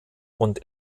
und